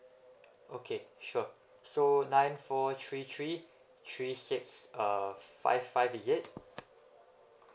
okay sure so nine four three three three six uh five five is it